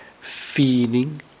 feeling